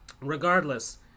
regardless